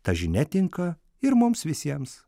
ta žinia tinka ir mums visiems